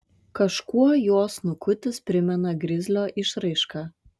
kažkuo jo snukutis primena grizlio išraišką